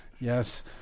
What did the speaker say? Yes